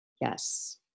Yes